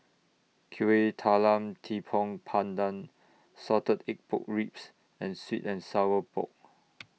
Kuih Talam Tepong Pandan Salted Egg Pork Ribs and Sweet and Sour Pork